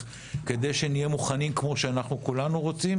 כדי שנהיה מוכנים כמו שאנחנו כולנו רוצים.